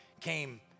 came